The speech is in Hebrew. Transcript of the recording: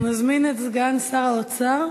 אנחנו נזמין את סגן שר האוצר,